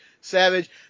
Savage